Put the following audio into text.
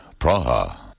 Praha